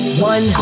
One